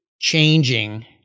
changing